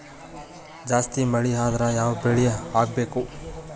ಜಾಸ್ತಿ ಮಳಿ ಆದ್ರ ಯಾವ ಬೆಳಿ ಹಾಕಬೇಕು?